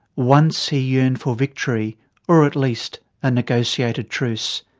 once he yearned for victory or at least a negotiated truce.